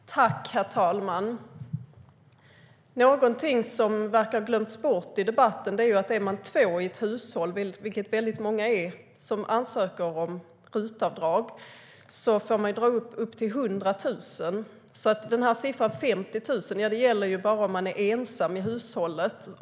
STYLEREF Kantrubrik \* MERGEFORMAT Svar på interpellationerHerr talman! Någonting som verkar ha glömts bort i debatten är att när det är två i ett hushåll, som det i många fall är, som ansöker om RUT-avdrag får de dra av upp till 100 000. Siffran 50 000 gäller bara om man är ensam i hushållet.